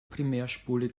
primärspule